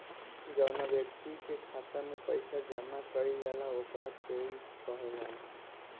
जौवना ब्यक्ति के खाता में पईसा जमा कईल जाला ओकरा पेयी कहल जाला